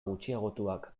gutxiagotuak